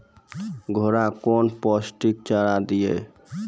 घोड़ा कौन पोस्टिक चारा दिए?